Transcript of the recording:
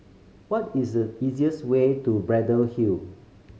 what is the easiest way to Braddell Hill